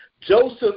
Joseph